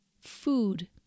food